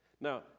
Now